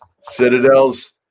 Citadel's